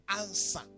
answer